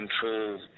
control